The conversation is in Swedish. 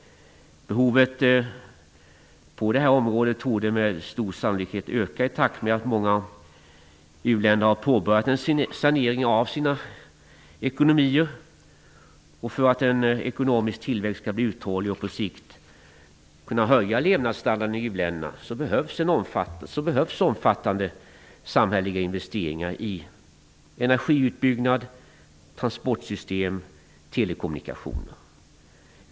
Behovet på det här området torde med stor sannolikhet öka i takt med att många u-länder har påbörjat en sanering av sina ekonomier. För att en ekonomisk tillväxt skall bli uthållig och på sikt kunna höja levnadsstandarden i uländerna behövs omfattande samhälleliga investeringar i energiutbyggnad, transportsystem och telekommunikationer.